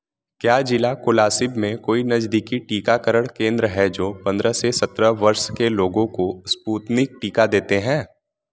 क्या जिला कोलासिब में कोई नज़दीकी टीकाकरण केंद्र हैं जो पन्द्रह से सत्रह वर्ष के लोगों को स्पुतनिक टीका देते हैं